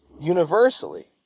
universally